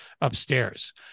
upstairs